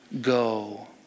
Go